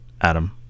Adam